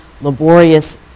laborious